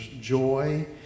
joy